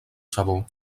sabor